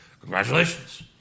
congratulations